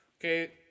Okay